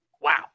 Wow